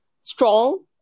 strong